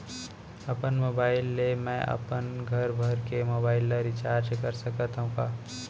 अपन मोबाइल ले मैं अपन घरभर के मोबाइल ला रिचार्ज कर सकत हव का?